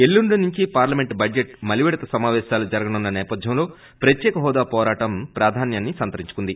ఎల్లుండి నుంచి parliament budget మలివిడత సమాపేశాలు జరగనున్న నేపధ్యంలో ప్రత్యేక హోదా పోరాటం ప్రాధాన్యాన్ని సంతరించుకుంది